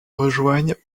rejoignent